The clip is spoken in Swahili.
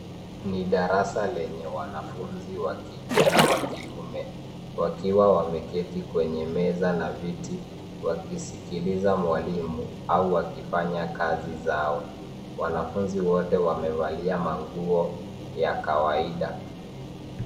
Ni darasa lenye wanafunzi wa kike na wa kiume, wakiwa wameketi kwenye meza na viti wakisikiliza mwalimu au wakifanya kazi zao. Wanafunzi wote wamevalia manguo ya kawaida.